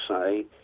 say